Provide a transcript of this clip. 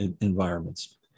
environments